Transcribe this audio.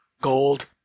gold